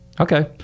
Okay